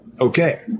Okay